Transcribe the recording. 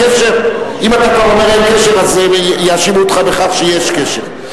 אם אתה אומר שאין קשר, יאשימו אותך בכך שיש קשר.